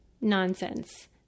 nonsense